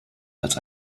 als